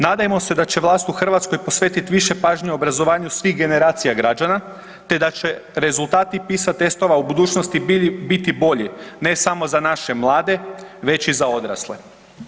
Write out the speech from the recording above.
Nadajmo se da će vlast u Hrvatskoj posvetiti više pažnje obrazovanju svih generacija građana te da će rezultati PISA testova u budućnosti biti bolji ne samo za naše mlade već i za odrasle.